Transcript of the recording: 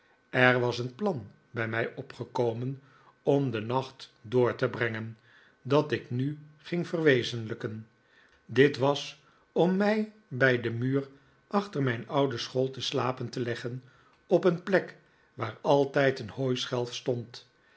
er was een plan bij mij opgekomen om den nacht door te brengen dat ik nu ging verwezenlijken dit was om mij bij den muur achter mijn oude school te slapen te leggen op een plek waar altijd een hooischelf stond